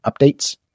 updates